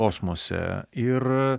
kosmose ir